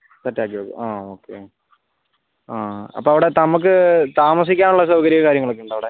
തെറ്റാലിയോ ആ ഓക്കെ ആ അപ്പോൾ അവിടെ നമ്മൾക്ക് താമസിക്കാനുള്ള സൗകര്യം കാര്യങ്ങളൊക്കെ ഉണ്ടോ അവിടെ